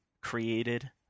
created